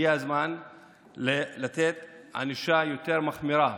הגיע הזמן לתת ענישה יותר מחמירה